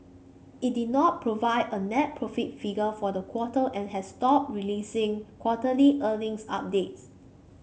it did not provide a net profit figure for the quarter and has stopped releasing quarterly earnings updates